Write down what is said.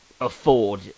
afford